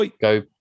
go